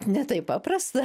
ne taip paprasta